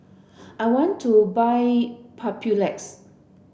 I want to buy Papulex